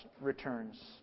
returns